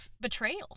betrayal